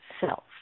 self